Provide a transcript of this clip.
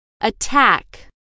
Attack